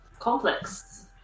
complex